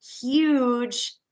huge